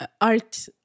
art